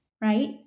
right